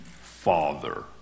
father